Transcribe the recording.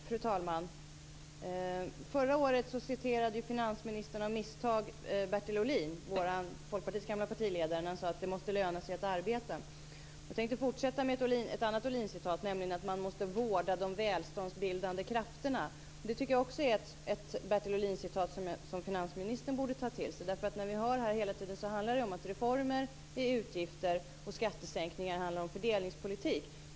Fru talman! Förra året citerade finansministern av misstag Bertil Ohlin, Folkpartiets gamle partiledare, när han sade att det måste löna sig att arbeta. Jag tänkte fortsätta med ett annat Ohlincitat, nämligen att man måste vårda de välståndsbildande krafterna. Det tycker jag också är ett citat av Bertil Ohlin som finansministern borde ta till sig. Vi hör här hela tiden att reformer är utgifter och att skattesänkningar är fördelningspolitik.